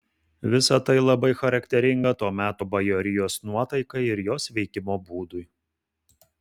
visa tai labai charakteringa to meto bajorijos nuotaikai ir jos veikimo būdui